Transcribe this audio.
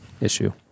issue